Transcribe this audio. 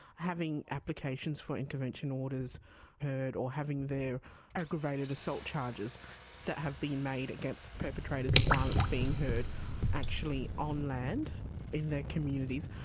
having applications for intervention orders heard or having their aggravated assault charges that have been made against perpetrators of violence being heard actually on land in their communities.